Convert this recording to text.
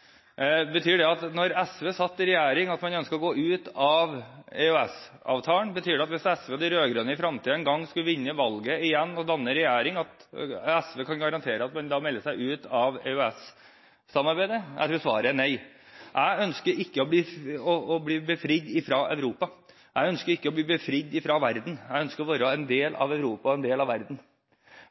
hvis SV og de rød-grønne en gang i fremtiden skulle vinne valget og danne regjering igjen, kan SV garantere at man da vil melde seg ut av EØS-samarbeidet? Jeg tror svaret er nei. Jeg ønsker ikke å bli befridd fra Europa. Jeg ønsker ikke å bli befridd fra verden. Jeg ønsker å være en del av Europa og verden.